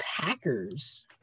Packers